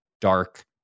dark